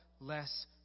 less